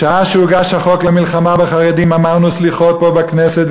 בשעה שהוגש החוק למלחמה בחרדים אמרנו "סליחות" פה בכנסת,